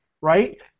right